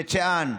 בית שאן,